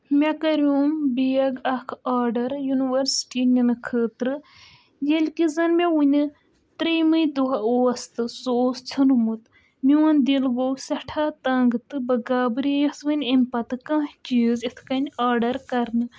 مےٚ کَریوم بیگ اَکھ آرڈَر یونیوَرسٹی نِنہٕ خٲطرٕ ییٚلہِ کہِ زَن مےٚ وُنہِ ترٛیٚمٕے دۄہ اوس تہٕ سُہ اوس ژھیٚونمُت میٛون دِل گوٚو سٮ۪ٹھاہ تنٛگ تہٕ بہٕ گابرییَس وۅنۍ امہِ پَتہٕ کانٛہہ چیٖز یِتھٕ کٔنۍ آرڈَر کَرنہٕ